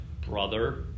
brother